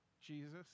Jesus